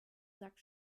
sack